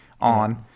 on